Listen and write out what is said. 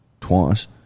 twice